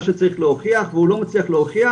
שצריך להוכיח והוא לא מצליח להוכיח,